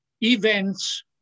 events